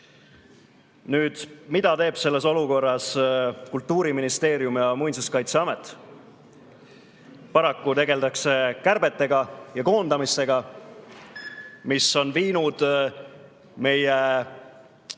Nüüd, mida teevad selles olukorras Kultuuriministeerium ja Muinsuskaitseamet? Paraku tegeldakse kärbetega ja koondamistega, mis on viinud meie